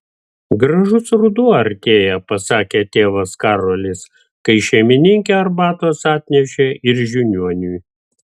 gražus ruduo artėja pasakė tėvas karolis kai šeimininkė arbatos atnešė ir žiniuoniui